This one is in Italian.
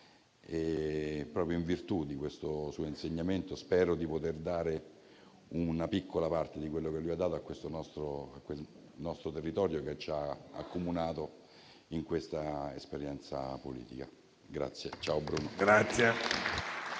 E proprio in virtù del suo insegnamento, spero di poter dare una piccola parte di quello che lui ha dato al nostro territorio, che ci ha accumulato in questa esperienza politica. Ciao Bruno.